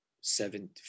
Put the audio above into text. seven